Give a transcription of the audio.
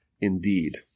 indeed